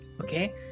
okay